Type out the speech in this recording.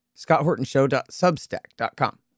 scotthortonshow.substack.com